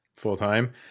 full-time